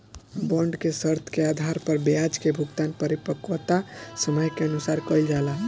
bond के शर्त के आधार पर ब्याज के भुगतान परिपक्वता समय के अनुसार कईल जाला